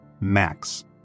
Max